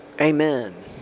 Amen